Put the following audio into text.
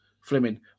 Fleming